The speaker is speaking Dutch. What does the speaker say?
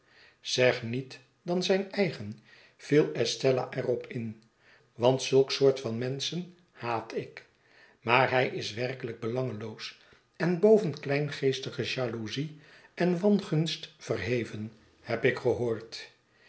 zeg niet dan zijn eigen viel estella er op in want zulk soort van menschen haat ik maar hij is werkelijk belangeloos en boven kleingeestige jaloezie en wangunst verheven heb ik gehoord